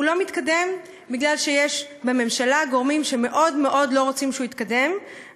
הוא לא מתקדם בגלל שיש בממשלה גורמים שמאוד מאוד לא רוצים שהוא יתקדם,